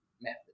method